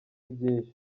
byinshi